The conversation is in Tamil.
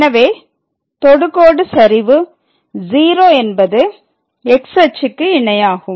எனவே தொடுகோடு சரிவு 0 என்பது எக்ஸ்− அச்சுக்கு இணையாகும்